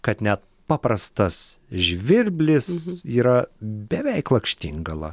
kad net paprastas žvirblis yra beveik lakštingala